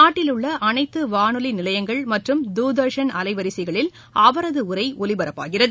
நாட்டில் உள்ள அனைத்து வானொலி நிலையங்கள் மற்றும் தூர்தர்ஷன் அலைவரிசைகளில் அவரது உரை ஒலிபரப்பாகிறது